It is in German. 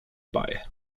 bei